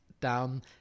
down